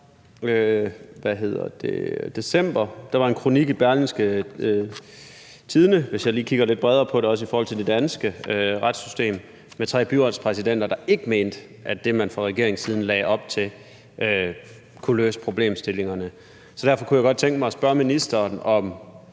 december var der en kronik i Berlingske – hvis jeg lige kigger lidt bredere på det og også i forhold til det danske retssystem – med tre byretspræsidenter, der ikke mente, at det, man fra regeringens side lagde op til, kunne løse problemstillingerne. Derfor kunne jeg godt tænke mig at spørge ministeren om,